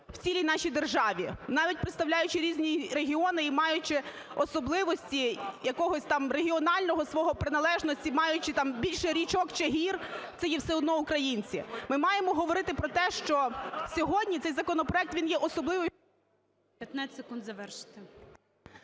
в цілій нашій державі, навіть представляючи різні регіони і маючи особливості якогось там регіонального свого, приналежності, маючи там більше річок чи гір – це є все одно українці. Ми маємо говорити про те, що сьогодні цей законопроект він є особливий… ГОЛОВУЮЧИЙ. 15 секунд завершити.